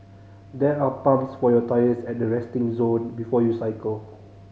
there are pumps for your tyres at the resting zone before you cycle